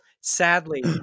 sadly